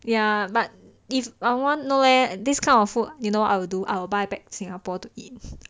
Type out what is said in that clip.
ya but if I want no leh this kind of food you know I will do I will buy back singapore to eat